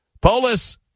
Polis